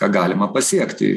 ką galima pasiekti